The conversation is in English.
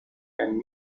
and